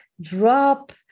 drop